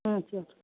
ಹ್ಞೂ ಸರ್